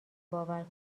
باور